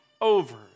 over